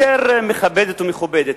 יותר מכבדת ומכובדת,